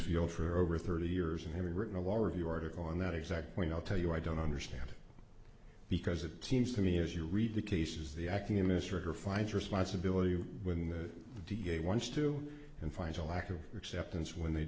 field for over thirty years and having written a lower view article on that exact point i'll tell you i don't understand because it seems to me as you read the cases the acting administrator finds responsibility when the da wants to and finds a lack of exceptions when they